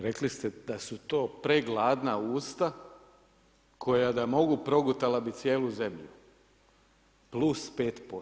Rekli ste da su to pregledna usta koja da mogu progutala bi cijelu zemlju, plus 5%